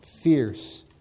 fierce